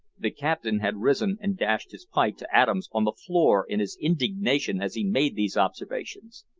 the captain had risen and dashed his pipe to atoms on the floor in his indignation as he made these observations.